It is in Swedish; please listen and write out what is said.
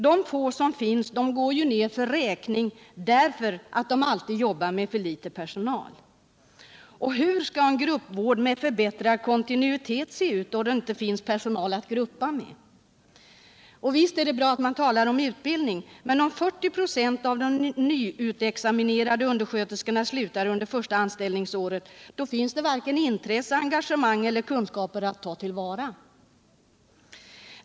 De få som finns går ju ner för räkning därför att man alltid jobbar med otillräcklig personal. Hur skall en gruppvård med förbättrad kontinuitet se ut, då det inte finns personal att gruppa med? Visst är det bra att man talar om utbildning, men 40 96 av de nyutexaminerade undersköterskorna slutar under första anställningsåret, och då finns varken intresse, engagemang eller kunskaper att ta till vara.